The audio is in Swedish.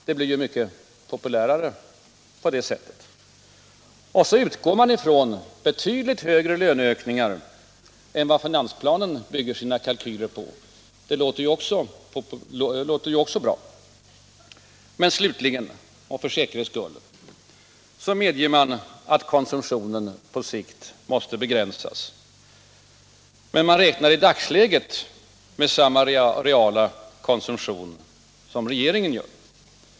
Det blir ju mycket populärare på det sättet. Sedan utgår man ifrån betydligt högre löneökningar än vad finansplanen bygger sina kalkyler på. Det låter ju också bra. Slutligen och för säkerhets skull medger man att konsumtionen på sikt måste begränsas. Men man räknar i dagsläget med samma reala konsumtion som regeringen gör.